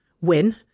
win